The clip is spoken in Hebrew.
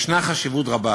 יש חשיבות רבה